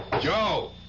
Joe